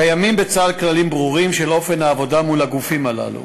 קיימים בצה"ל כללים ברורים של אופן העבודה מול הגופים הללו.